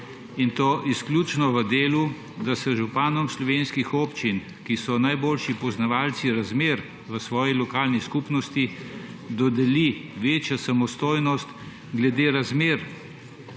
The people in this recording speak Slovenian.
in to izključno v delu, da se županom slovenskih občin, ki so najboljši poznavalci razmer v svoji lokalni skupnosti, dodeli večja samostojnost glede razmer